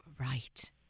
Right